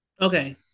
Okay